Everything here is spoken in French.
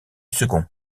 second